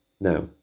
Now